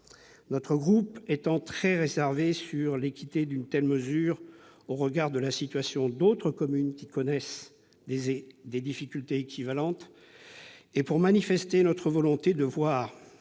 Notre groupe est très réservé sur l'équité d'une telle mesure au regard de la situation d'autres communes qui connaissent des difficultés équivalentes, et souhaite en outre manifester